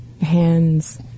hands